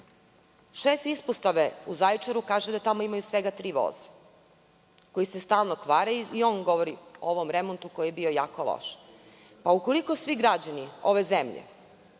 Šef ispostave u Zaječaru kaže da tamo imaju svega tri voza koji se stalno kvare i on govori o ovom remontu koji je bio jako loš. Ukoliko svi građani ove zemlje